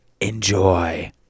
Enjoy